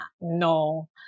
no